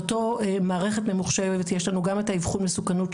באותה מערכת ממוחשבת יש לנו גם את האיבחון מסוכנות,